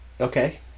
okay